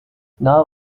now